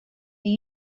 are